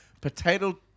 potato